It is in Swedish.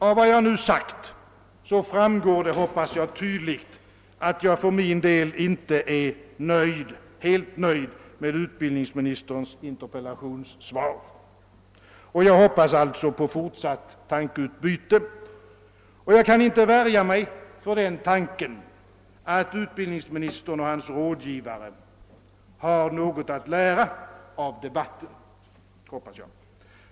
Av vad jag nu sagt framgår nog tydligt att jag inte är helt nöjd med utbildningsministerns interpellationssvar. Jag hoppas alltså på fortsatt tankeutbyte, och jag kan inte värja mig för tanken att utbildningsministern och hans rådgivare har något att lära av debatten.